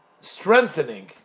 strengthening